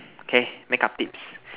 okay makeup tips